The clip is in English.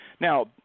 Now